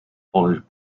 followed